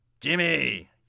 Jimmy